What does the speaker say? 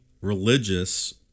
religious